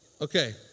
Okay